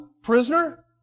Prisoner